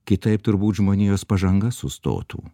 kitaip turbūt žmonijos pažanga sustotų